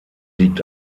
liegt